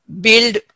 build